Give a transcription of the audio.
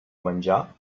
menjar